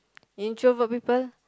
introvert people